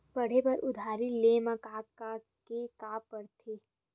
पढ़े बर उधारी ले मा का का के का पढ़ते?